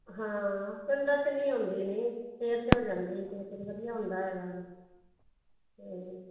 ਹਾਂ ਪਿੰਡਾਂ 'ਚ ਨਹੀਂ ਹੁੰਦੀ ਨਹੀਂ ਸ਼ਹਿਰ 'ਚ ਹੋ ਜਾਂਦੀ ਵਧੀਆ ਹੁੰਦਾ ਹੈਗਾ ਜੀ